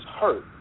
hurt